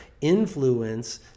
influence